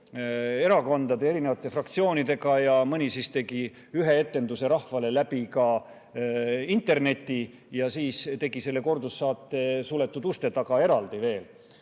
erakondade, erinevate fraktsioonidega ja mõni siis tegi ühe etenduse rahvale ka interneti teel ja siis tegi selle kordussaate suletud uste taga veel